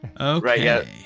Okay